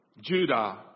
Judah